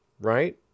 right